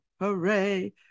Hooray